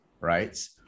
right